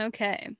Okay